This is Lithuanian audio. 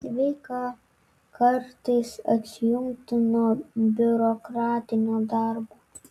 sveika kartais atsijungti nuo biurokratinio darbo